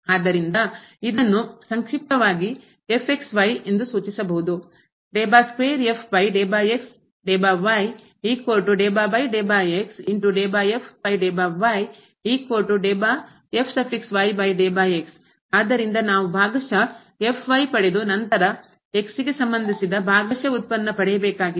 ಆದ್ದರಿಂದ ಇದನ್ನು ಸಂಕ್ಷಿಪ್ತವಾಗಿ ಇಂದು ಸೂಚಿಸಬಹುದು ಆದ್ದರಿಂದ ನಾವು ಭಾಗಶಃ ಉತ್ಪನ್ನ ಪಡೆದು ನಂತರ ಗೆ ಸಂಬಂಧಿಸಿದ ಭಾಗಶಃ ಉತ್ಪನ್ನ ಪಡೆಯಬೇಕಾಗಿದೆ